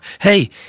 Hey